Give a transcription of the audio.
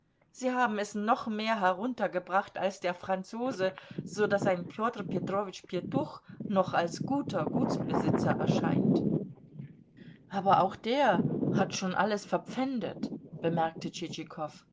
sie haben es noch mehr heruntergebracht als der franzose so daß ein pjotr petrowitsch pjetuch noch als guter gutsbesitzer erscheint aber auch der hat schon alles verpfändet bemerkte